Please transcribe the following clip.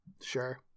sure